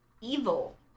evil